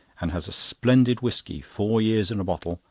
and has a splendid whisky, four years in bottle,